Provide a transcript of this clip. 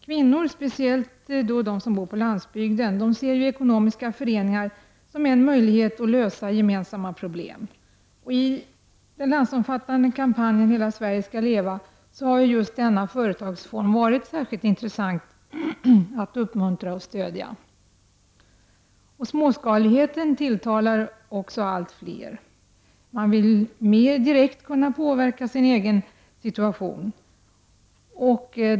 Kvinnor, speciellt de som bor på landsbygden, ser ekonomiska föreningar som en möjlighet att lösa gemensamma problem. I kampanjen ”Hela Sverige skallleva” har just denna företagsform varit särskilt intressant att uppmuntra och stödja. Småskaligheten tilltalar också allt fler. Man vill mer direkt kunna påverka sin egen situation.